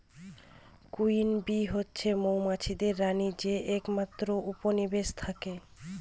queen bee হচ্ছে মৌমাছিদের রানী যে একমাত্র উপনিবেশে থাকে